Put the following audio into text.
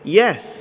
yes